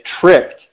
tricked